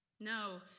No